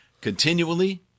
Continually